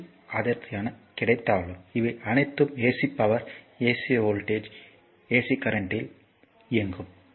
AC அடர்த்தியாக கிடைத்தாலும் இவை அனைத்தும் AC power AC voltage AC current ஆகும்